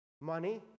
money